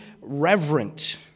reverent